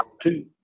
two